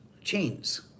Chains